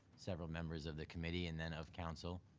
several members of the committee and then of council.